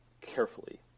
carefully